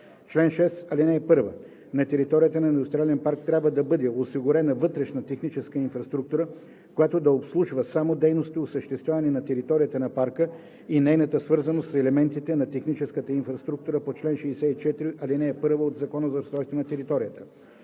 чл. 6: „Чл. 6. (1) На територията на индустриален парк трябва да бъде осигурена вътрешна техническа инфраструктура, която да обслужва само дейности, осъществявани на територията на парка и нейната свързаност с елементите на техническата инфраструктура по чл. 64, ал. 1 от ЗУТ. (2) Индустриален парк